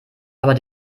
aber